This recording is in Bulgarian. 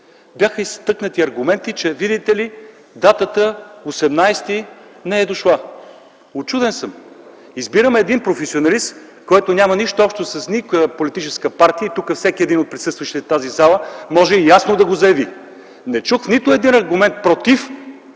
Бяха изтъкнати аргументи, че, видите ли, датата 18-и не е дошла. Учуден съм. Избираме един професионалист, който няма нищо общо с никоя политическа партия - всеки от присъстващите в тази зала може ясно да го заяви. Не чух нито един аргумент против